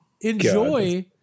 enjoy